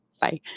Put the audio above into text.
Bye